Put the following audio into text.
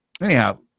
Anyhow